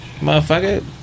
Motherfucker